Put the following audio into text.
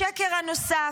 השקר הנוסף: